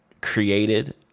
Created